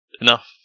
enough